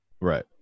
Right